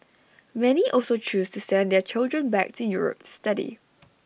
many also chose to send their children back to Europe to study